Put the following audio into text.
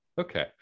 Okay